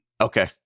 Okay